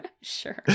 Sure